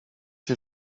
się